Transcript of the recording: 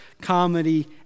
comedy